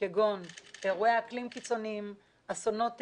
כגון אירועי אקלים קיצוניים, אסונות טבע,